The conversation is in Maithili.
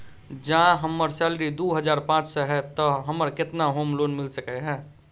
जँ हम्मर सैलरी दु हजार पांच सै हएत तऽ हमरा केतना होम लोन मिल सकै है?